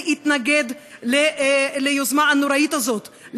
להתנגד ליוזמה הנוראה הזאת,